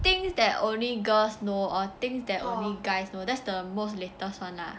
things that only girls know or things that only guys know that's the most latest one lah